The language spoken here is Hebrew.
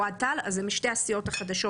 וחבר הכנסת אוהד טל - הם משתי הסיעות החדשות.